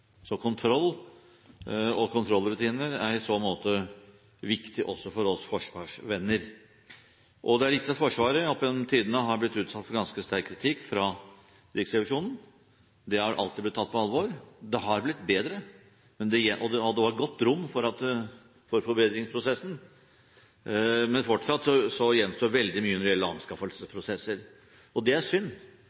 Så kontroll og kontrollrutiner er i så måte viktig også for oss forsvarsvenner. Det er riktig at Forsvaret opp gjennom tidene har blitt utsatt for ganske sterk kritikk fra Riksrevisjonen. Det har alltid blitt tatt på alvor. Det har blitt bedre, og det var godt rom for forbedringsprosessen. Men fortsatt gjenstår veldig mye når det gjelder anskaffelsesprosesser. Det er synd,